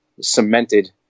cemented